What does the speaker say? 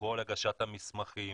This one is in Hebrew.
כל הגשת המסמכים,